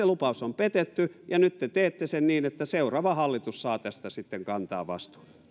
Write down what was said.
lupaus on petetty ja nyt te teette sen niin että seuraava hallitus saa tästä sitten kantaa vastuun